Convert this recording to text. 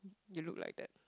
you look like that